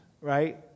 right